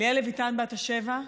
ליאל לויטן בת השבע,